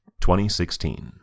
2016